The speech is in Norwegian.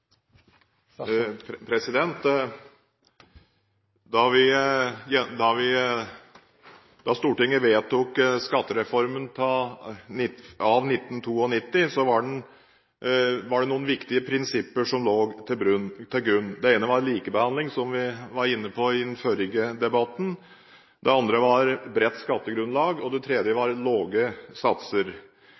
til debatten. Da Stortinget vedtok skattereformen av 1992, var det noen viktige prinsipper som lå til grunn. Det ene var likebehandling, som vi var inne på i den forrige debatten, det andre var bredt skattegrunnlag og det tredje var lave satser.